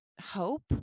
hope